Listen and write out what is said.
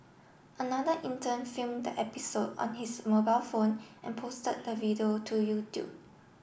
another intern filmed the episode on his mobile phone and posted the video to YouTube